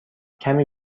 کمی